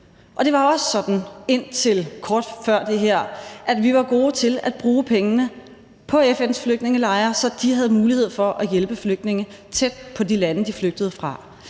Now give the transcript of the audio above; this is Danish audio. det var indtil kort før det her også sådan, at vi var gode til at bruge pengene på FN's flygtningelejre, så de havde mulighed for at hjælpe flygtninge tæt på de lande, de flygtede fra.